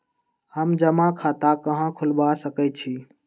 हम जमा खाता कहां खुलवा सकई छी?